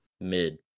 Mid